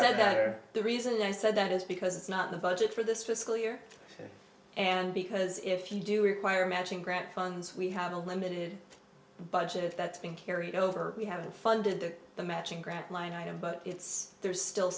said that or the reason i said that is because it's not the budget for this fiscal year and because if you do require matching grant funds we have a limited budget that's been carried over we haven't funded the matching grant line item but it's there's still